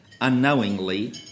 unknowingly